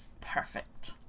Perfect